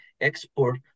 export